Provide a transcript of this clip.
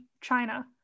China